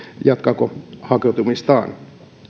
jatkaako hakeutumistaan